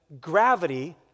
gravity